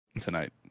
tonight